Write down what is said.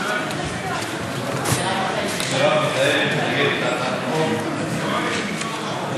מרב מיכאלי מתנגדת להצעת החוק.